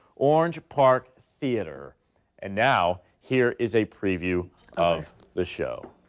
orange park theater and now here is a preview of the show.